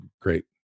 great